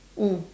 mm